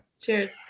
Cheers